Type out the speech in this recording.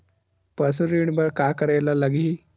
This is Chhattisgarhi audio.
पशु ऋण बर का करे ला लगही?